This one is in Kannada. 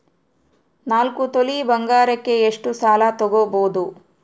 ನಾಲ್ಕು ತೊಲಿ ಬಂಗಾರಕ್ಕೆ ಎಷ್ಟು ಸಾಲ ತಗಬೋದು?